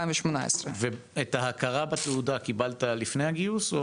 ואת ההכרה בתעודה קיבלת לפני הגיוס?